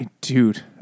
Dude